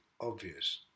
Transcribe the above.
obvious